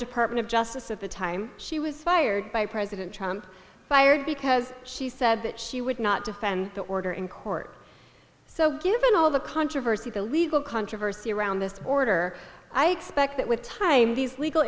department of justice of the time she was fired by president trump fired because she said that she would not defend the order in court so given all the controversy the legal controversy around this order i expect that with time these legal